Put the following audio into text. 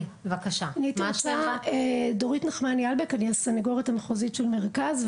אני הסנגורית המחוזית של המרכז.